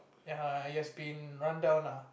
ya it has been run down lah